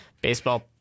Baseball